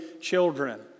children